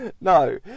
No